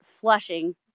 flushing